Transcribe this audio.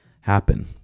happen